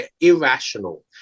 irrational